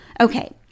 Okay